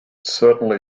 certainly